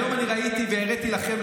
היום אני ראיתי והראיתי לכם,